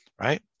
right